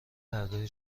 هردو